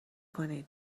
کنید